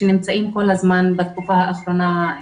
שנמצאים כל הזמן בתקופה האחרונה,